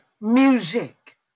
music